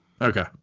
okay